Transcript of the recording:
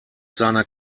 seiner